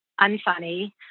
unfunny